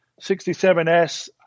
67S